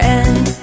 end